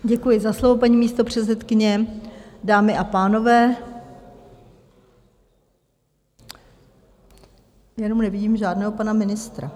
Děkuji za slovo, paní místopředsedkyně, dámy a pánové, jenom nevidím žádného pana ministra.